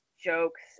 jokes